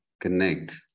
connect